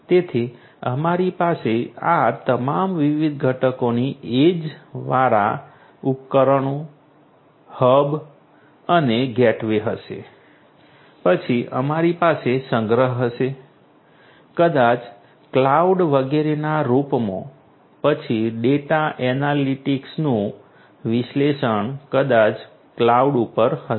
તેથી અમારી પાસે આ તમામ વિવિધ ઘટકોની એજ વાળા ઉપકરણો હબ અને ગેટવે હશે પછી અમારી પાસે સંગ્રહ હશે કદાચ ક્લાઉડ વગેરેના રૂપમાં પછી ડેટા એનાલિટીક્સનું વિશ્લેષણ કદાચ ક્લાઉડ પર હશે